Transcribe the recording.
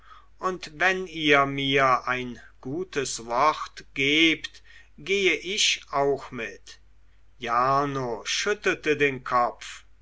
und wenn ihr mir ein gutes wort gebt gehe ich auch mit jarno schüttelte den kopf